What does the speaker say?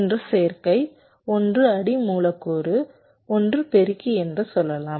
ஒன்று சேர்க்கை ஒன்று அடி மூலக்கூறு ஒன்று பெருக்கி என்று சொல்லலாம்